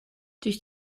durch